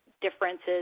differences